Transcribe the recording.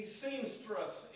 seamstress